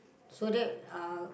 so that uh